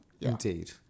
Indeed